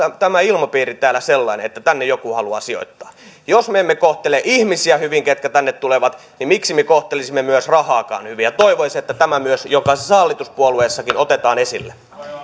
tämä ilmapiiri täällä sellainen että tänne joku haluaa sijoittaa jos me emme kohtele hyvin ihmisiä jotka tänne tulevat miksi me kohtelisimme rahaakaan hyvin toivoisin että tämä myös jokaisessa hallituspuolueessa otetaan esille